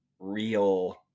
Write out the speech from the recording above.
real